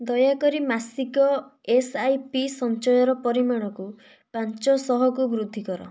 ଦୟାକରି ମାସିକ S I P ସଞ୍ଚୟର ପରିମାଣକୁ ପାଞ୍ଚଶହକୁ ବୃଦ୍ଧି କର